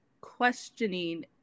questioning